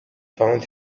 found